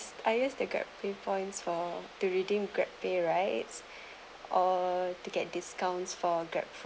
I use the grab pinpoints for to redeem grab pay rights or to get discounts for grab